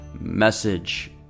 message